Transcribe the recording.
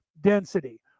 density